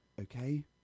okay